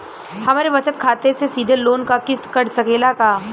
हमरे बचत खाते से सीधे लोन क किस्त कट सकेला का?